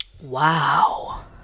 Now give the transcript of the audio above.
Wow